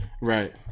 right